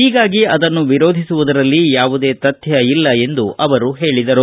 ಹೀಗಾಗಿ ಅದನ್ನು ವಿರೋಧಿಸುವುದರಲ್ಲಿ ಯಾಮ್ಯದೇ ತಥ್ಯ ಇಲ್ಲ ಎಂದು ಹೇಳದರು